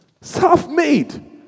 self-made